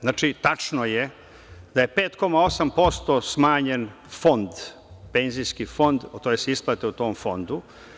Znači, tačno je da je 5,8% smanjen penzijski fond tj. isplate u tom fondu.